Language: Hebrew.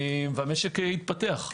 המשק יתפתח.